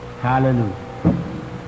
Hallelujah